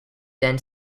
then